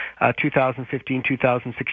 2015-2016